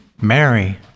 Mary